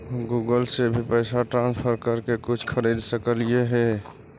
Google से भी पैसा ट्रांसफर कर के कुछ खरिद सकलिऐ हे?